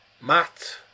Matt